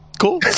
cool